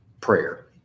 prayer